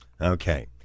Okay